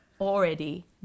already